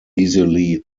easily